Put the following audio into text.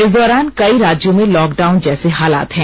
इस दौरान कई राज्यों में लॉकडाउन जैसे हालात हैं